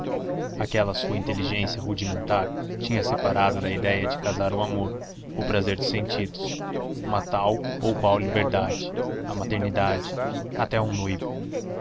aquela sua inteligência rudimentar tinha separado da idéia de casar o amor o prazer dos sentidos uma tal ou qual liberdade a maternidade até o noivo